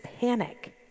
panic